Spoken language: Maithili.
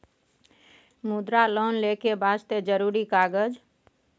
मुद्रा लोन लेके वास्ते जरुरी कागज?